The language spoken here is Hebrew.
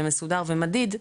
מסודר ומדיד,